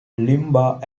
limbaugh